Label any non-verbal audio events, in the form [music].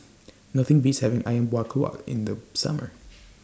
Nothing Beats having Ayam Buah Keluak in The Summer [noise]